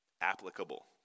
applicable